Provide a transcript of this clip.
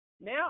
now